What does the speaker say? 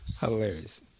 hilarious